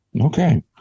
okay